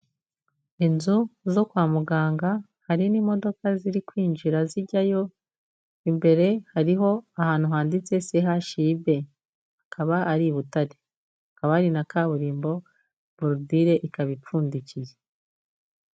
Inzu zo kwa muganga hari n'imodoka ziri kwinjira zijyayo, imbere hariho ahantu handitse CHUB akaba ari i Butare, hakaba hari na kaburimbo borudire ikaba ipfundikiye.